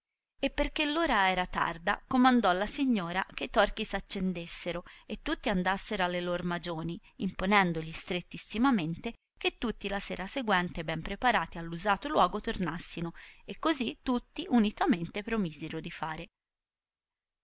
e perchè r ora era tarda comandò la signo ra che i torchi s accendessero e tutti andassero alle lor magioni imponendogli strettissimamente che tutti la sera seguente ben preparati all usato luogo tornassino e cosi tutti unitamente promisero di fare